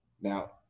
Now